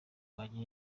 wanjye